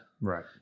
Right